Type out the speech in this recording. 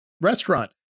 restaurant